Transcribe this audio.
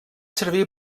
servir